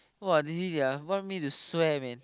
!wah! really sia want me to swear man